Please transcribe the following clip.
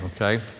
Okay